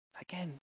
Again